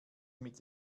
mit